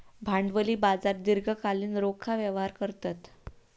भांडवली बाजार दीर्घकालीन रोखा व्यवहार करतत